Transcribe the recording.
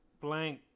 blank